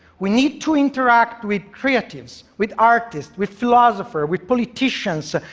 we need to interact with creatives, with artists, with philosophers, with politicians.